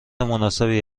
مناسبی